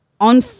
on